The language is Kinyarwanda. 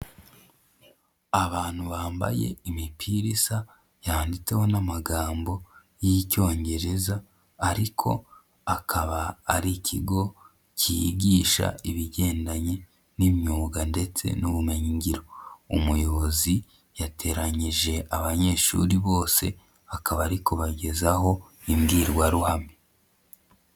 Abantu bambaye imipira isa yanditseho n'amagambo y'icyongereza, ariko akaba ari ikigo cyigisha ibigendanye n'imyuga ndetse n'ubumenyingiro, umuyobozi yateranyije abanyeshuri bose akaba ari kubagezaho imbwirwaruhame.